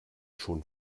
schon